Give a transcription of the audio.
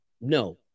No